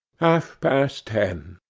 half-past ten.